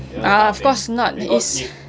ah of course not it's